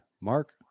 mark